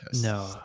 No